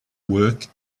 work